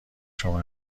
شما